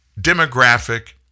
demographic